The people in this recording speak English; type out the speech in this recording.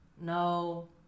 no